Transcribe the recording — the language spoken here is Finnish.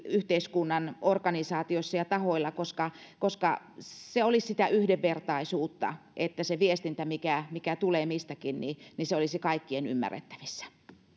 yhteiskunnan eri organisaatioissa ja tahoilla koska koska se olisi sitä yhdenvertaisuutta että se viestintä mikä mikä tulee mistäkin olisi kaikkien ymmärrettävissä